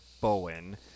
Bowen